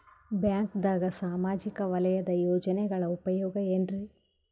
ಬ್ಯಾಂಕ್ದಾಗ ಸಾಮಾಜಿಕ ವಲಯದ ಯೋಜನೆಗಳ ಉಪಯೋಗ ಏನ್ರೀ?